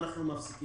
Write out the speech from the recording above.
אז אנחנו מפסיקים.